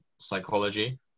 psychology